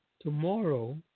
tomorrow